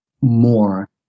more